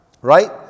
Right